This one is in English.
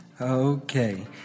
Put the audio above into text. Okay